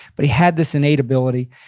but he had this innate ability.